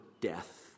death